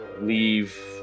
leave